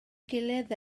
gilydd